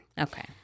Okay